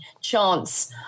chance